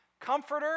comforter